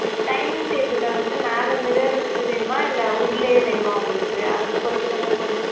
dining table வந்து மேலே mirror வச்சது வேணுமா இல்லை வுட்லயே வேணுமா உங்களுக்கு அதை பொறுத்து தான் வந்து